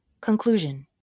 Conclusion